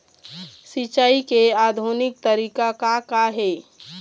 सिचाई के आधुनिक तरीका का का हे?